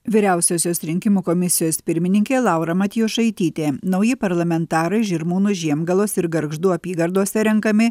vyriausiosios rinkimų komisijos pirmininkė laura matjošaitytė nauji parlamentarai žirmūnų žiemgalos ir gargždų apygardose renkami